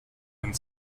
and